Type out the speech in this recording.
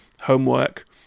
homework